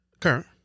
current